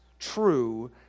true